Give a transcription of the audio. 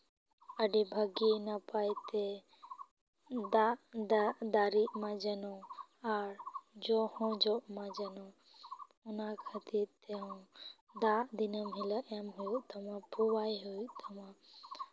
ᱟᱹᱰᱤ ᱵᱷᱟᱜᱮ ᱱᱟᱯᱟᱭ ᱛᱮ ᱰᱟᱜᱼᱰᱟᱜ ᱫᱟᱨᱮᱜ ᱢᱟ ᱡᱮᱱᱚ ᱟᱨ ᱡᱚ ᱦᱚᱸ ᱡᱚᱜ ᱢᱟ ᱡᱮᱱᱚ ᱚᱱᱟ ᱠᱟᱹᱛᱤᱨ ᱛᱮᱦᱚᱸ ᱫᱟᱜ ᱫᱤᱱᱟᱹᱢ ᱦᱤᱞᱳᱜ ᱮᱢ ᱦᱩᱭᱩᱜ ᱛᱟᱢᱟ ᱯᱩᱣᱟᱭ ᱦᱩᱭᱩᱜ ᱛᱟᱢᱟ